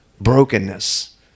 Brokenness